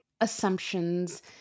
assumptions